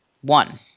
One